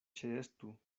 ĉeestu